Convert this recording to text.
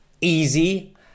easy